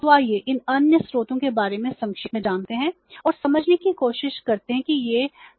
तो आइए इन अन्य स्रोतों के बारे में संक्षेप में जानते हैं और समझने की कोशिश करते हैं कि ये स्रोत क्या हैं